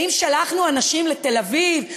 האם שלחנו אנשים לתל-אביב?